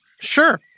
sure